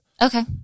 Okay